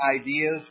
ideas